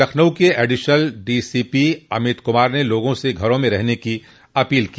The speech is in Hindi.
लखनऊ के एडिशनल डीसीपी अमित कुमार ने लोगों से घरों में ही रहने की अपील की